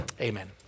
Amen